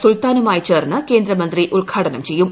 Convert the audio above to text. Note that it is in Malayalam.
സുൽത്താനുമായി ചേർന്ന് കേന്ദ്രമന്ത്രി ഉദ്ഘാടനം ചെയ്യും